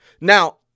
Now